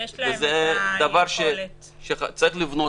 זה דבר שצריך לבנות.